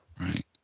right